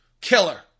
Killer